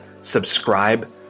subscribe